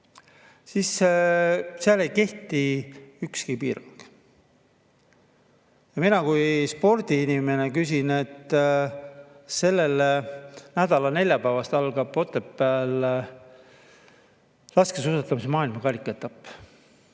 siis seal ei kehti ükski piirang. Mina kui spordiinimene küsin. Selle nädala neljapäeval algab Otepääl laskesuusatamise maailmakarika